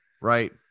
right